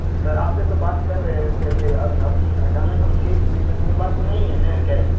تو سر آپ سے تو بات کر رہے تھے کہ اب اچانک ہم چیک کئے تو میرے پاس تو نہیں ہے نا کیش